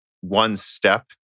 one-step